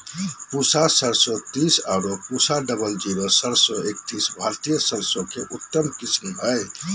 पूसा सरसों तीस आरो पूसा डबल जीरो सरसों एकतीस भारतीय सरसों के उन्नत किस्म हय